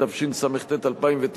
התשס"ט 2009,